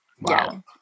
wow